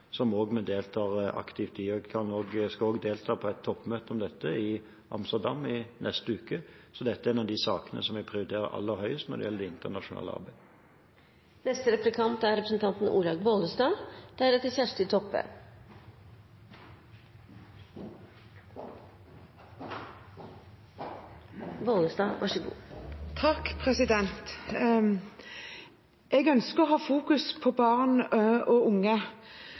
som vi òg deltar aktivt i. Jeg skal delta på et toppmøte om dette i Amsterdam neste uke, så dette er en av de sakene jeg prioriterer aller høyest når det gjelder det internasjonale arbeidet. Jeg ønsker å fokusere på barn og unge,